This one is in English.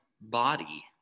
body